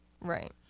Right